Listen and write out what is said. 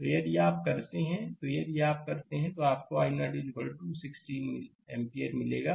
तो यदि आप करते हैं तो यदि आप करते हैं तो आपको i0 1 6 एम्पीयर मिलेगा